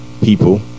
people